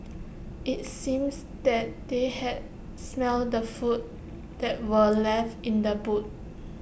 IT seems that they had smelt the food that were left in the boot